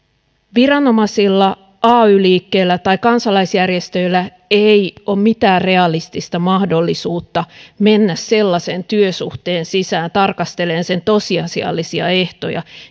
viranomaisilla ay liikkeellä tai kansalaisjärjestöillä ei ole mitään realistista mahdollisuutta mennä työsuhteen sisään tarkastelemaan sen tosiasiallisia ehtoja